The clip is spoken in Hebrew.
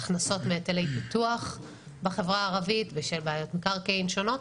הכנסות מהיטלי פיתוח בחברה הערבית בשל בעיות מקרקעין שונות,